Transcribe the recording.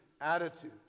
attitude